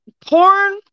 porn